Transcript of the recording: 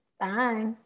Bye